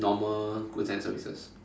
normal goods and services